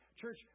Church